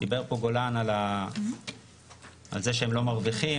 דיבר פה גולן על זה שהם לא מרוויחים,